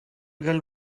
girl